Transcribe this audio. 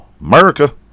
America